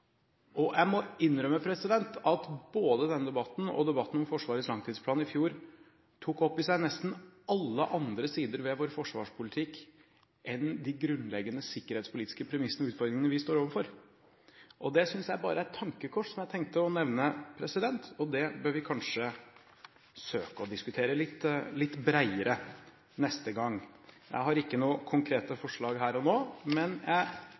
og jeg må innrømme at både denne debatten og debatten om Forsvarets langtidsplan i fjor tok opp i seg nesten alle andre sider ved vår forsvarspolitikk enn de grunnleggende sikkerhetspolitiske premissene og utfordringene vi står overfor. Det synes jeg bare er et tankekors jeg tenkte å nevne, og det bør vi kanskje søke å diskutere litt bredere neste gang. Jeg har ikke noen konkrete forslag her og nå, men jeg